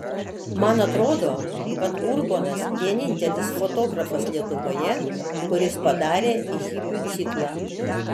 man atrodo kad urbonas vienintelis fotografas lietuvoje kuris padarė hipių ciklą